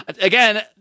again